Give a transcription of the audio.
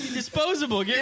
disposable